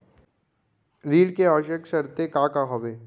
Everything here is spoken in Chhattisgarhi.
ऋण के आवश्यक शर्तें का का हवे?